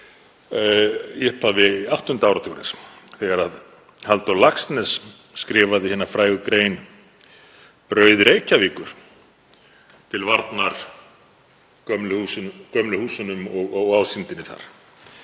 í upphafi áttunda áratugarins þegar Halldór Laxness skrifaði hina frægu grein „Brauð Reykjavíkur“ til varnar gömlu húsunum og ásýndinni þar.